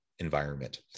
environment